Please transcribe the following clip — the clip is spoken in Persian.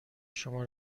شما